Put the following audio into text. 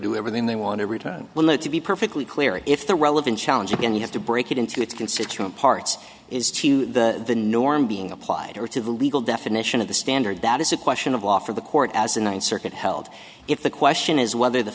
do everything they want to return to be perfectly clear if the relevant challenge again you have to break it into its constituent parts is to the the norm being applied or to the legal definition of the standard that is a question of law for the court as in one circuit held if the question is whether the